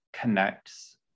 connects